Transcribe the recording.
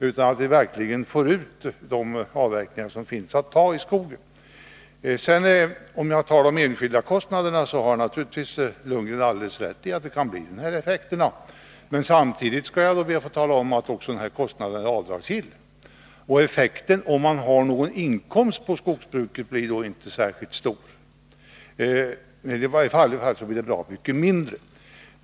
Vi måste verkligen får ut det virke som finns att ta i skogen. Bo Lundgren har naturligtvis alldeles rätt i att förslaget kan få de effekter han nämner på den enskildes kostnader. Men samtidigt vill jag nämna att kostnaden är avdragsgill. Om man har någon inkomst av skogsbruket blir effekten då inte särskilt stor — den blir i varje fall bra mycket mindre än det först kan förefalla.